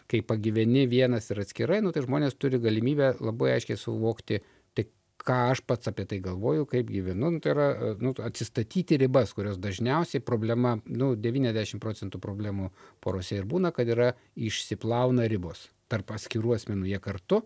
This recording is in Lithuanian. kai pagyveni vienas ir atskirai nu tai žmonės turi galimybę labai aiškiai suvokti tai ką aš pats apie tai galvoju kaip gyvenu nu tai yra atsistatyti ribas kurios dažniausiai problema nu devyniasdešimt procentų problemų porose ir būna kad yra išsiplauna ribos tarp atskirų asmenų jie kartu